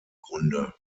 grunde